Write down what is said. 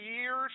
years